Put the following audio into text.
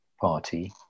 party